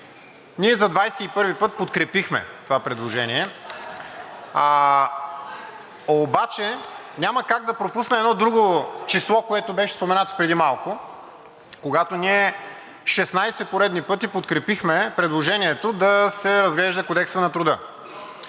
и първи път подкрепихме това предложение. Обаче няма как да пропусна едно друго число, което беше споменато преди малко, когато ние шестнадесет поредни пъти подкрепихме предложението да се разглежда Кодексът на труда.